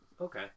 Okay